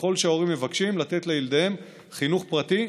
ככל שההורים מבקשים לתת לילדיהם חינוך פרטי,